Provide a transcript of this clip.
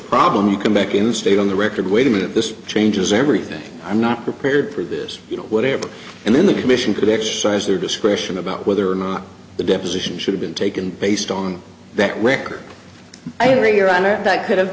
problem you can back in the state on the record wait a minute this changes everything i'm not prepared for this you know whatever and then the commission could exercise their discretion about whether or not the deposition should have been taken based on that wicker i bring your honor that could have